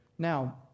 Now